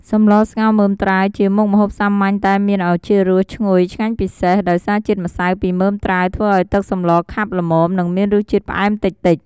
សម្លស្ងោរមើមត្រាវ ជាមុខម្ហូបសាមញ្ញតែមានឱជារសឈ្ងុយឆ្ងាញ់ពិសេស ដោយសារជាតិម្សៅពីមើមត្រាវធ្វើឱ្យទឹកសម្លខាប់ល្មម និងមានរសជាតិផ្អែមតិចៗ។